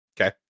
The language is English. okay